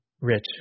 Rich